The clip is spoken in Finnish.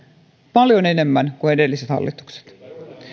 paljon enemmän kuin edelliset hallitukset